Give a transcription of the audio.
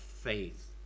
faith